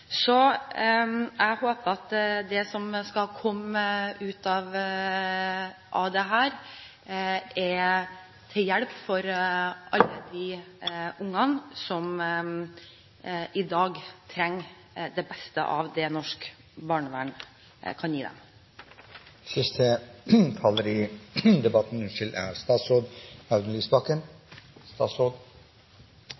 Jeg håper at det som kommer ut av dette, er til hjelp for alle de ungene som i dag trenger det beste av det som norsk barnevern kan gi dem.